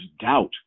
doubt